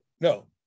No